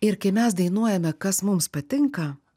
ir kai mes dainuojame kas mums patinka